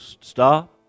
Stop